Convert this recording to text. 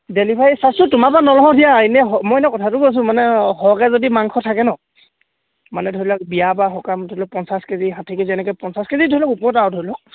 delivery চাৰ্জটো তোমাৰ পৰা নলওঁ দিয়া এনেই হ মই এনেই কথাটো কৈছো মানে সৰহকৈ যদি মাংস থাকে নহ্ মানে ধৰি লওক বিয়া বা সকাম ধৰি লওক পঞ্চাছ কেজি ষাঠি কেজি এনেকৈ পঞ্চাছ কেজি ধৰি লওক ওপৰত আৰু ধৰি লওক